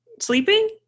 sleeping